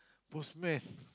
postman